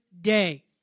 day